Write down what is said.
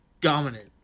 dominant